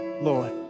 Lord